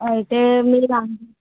అయితే మీరు